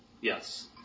yes